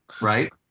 right